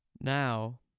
Now